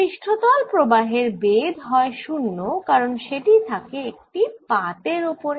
পৃষ্ঠতল প্রবাহের বেধ হয় 0 কারণ সেটি থাকে একটি পাতের ওপরে